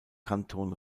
kanton